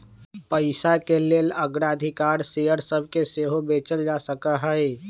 पइसाके लेल अग्राधिकार शेयर सभके सेहो बेचल जा सकहइ